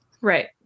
Right